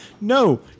No